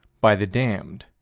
by the damned,